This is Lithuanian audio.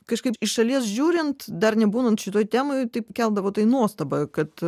kažkaip iš šalies žiūrint dar nebūnant šitoj temoj taip keldavo tai nuostabą kad